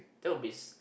not be